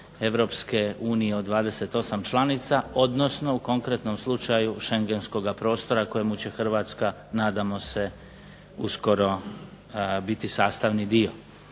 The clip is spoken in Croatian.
Europske unije od 28 članica, odnosno u konkretnom slučaju Schengenskoga prostora kojemu će Hrvatska nadamo se uskoro biti sastavni dio.